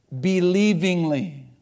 believingly